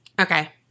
Okay